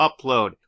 upload